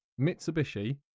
Mitsubishi